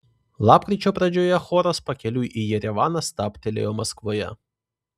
lapkričio pradžioje choras pakeliui į jerevaną stabtelėjo maskvoje